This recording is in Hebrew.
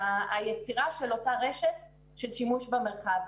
והיצירה של אותה רשת של שימוש במרחב.